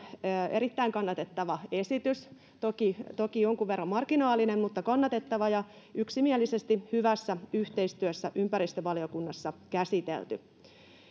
erittäin kannatettava esitys toki toki jonkun verran marginaalinen mutta kannatettava ja yksimielisesti hyvässä yhteistyössä ympäristövaliokunnassa käsitelty